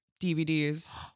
DVDs